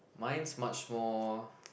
mine's much more